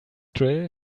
drill